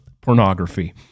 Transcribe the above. Pornography